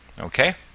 Okay